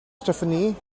stefanie